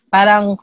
Parang